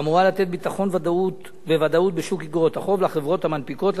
שאמורה לתת ביטחון וודאות בשוק איגרות החוב לחברות המנפיקות,